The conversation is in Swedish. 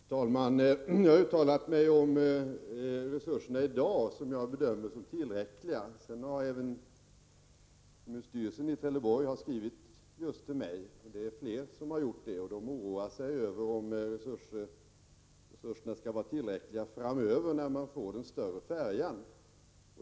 Fru talman! Jag har uttalat mig om resurserna för dagen, som jag bedömer vara tillräckliga. Kommunstyrelsen i Trelleborg har ju skrivit just till mig, och det är fler som har gjort det. Man oroar sig över om resurserna skall vara tillräckliga framöver, när vi får den större färjan.